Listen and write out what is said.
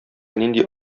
нинди